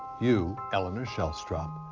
you, eleanor shellstrop,